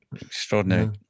Extraordinary